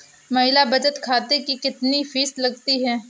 महिला बचत खाते की कितनी फीस लगती है?